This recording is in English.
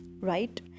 Right